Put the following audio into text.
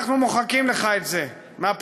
אנחנו מוחקים לך את זה מהפרוטוקול.